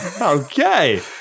okay